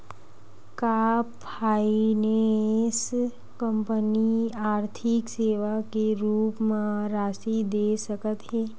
का finance company आर्थिक सेवा के रूप म राशि दे सकत हे?